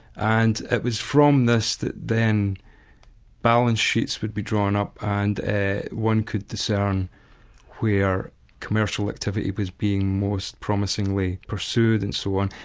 and it was from this that then balance sheets would be drawn up and one could discern where commercial activity was being most promisingly pursued and so on.